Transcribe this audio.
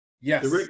Yes